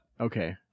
Okay